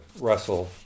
Russell